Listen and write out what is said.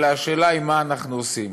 אלא השאלה היא מה אנחנו עושים.